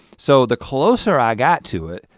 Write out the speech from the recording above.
so the closer i got to it,